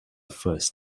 first